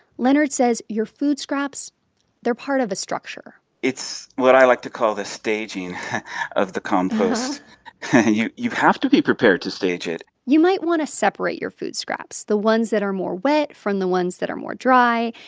leonard says your food scraps they're part of a structure it's what i like to call the staging of the compost you you have to be prepared to stage it you might want to separate your food scraps the ones that are more wet from the ones that are more dry.